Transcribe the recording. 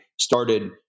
started